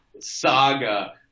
saga